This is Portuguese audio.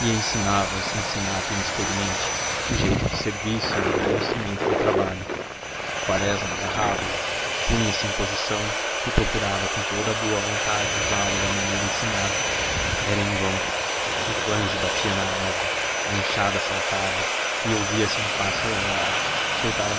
ensinava ao cincinato inexperiente o jeito de servir se do velho instrumento de trabalho quaresma agarrava o punha-se em posição e procurava com toda a boa vontade usá lo da maneira ensinada era em vão o flange batia na erva a enxada saltava e ouvia-se um pássaro ao alto soltar